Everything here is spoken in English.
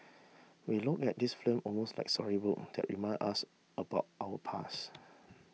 we look at these film almost like storybook that remind us about our past